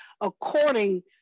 according